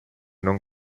non